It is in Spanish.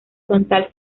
frontal